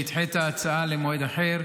שנדחה את ההצבעה למועד אחר,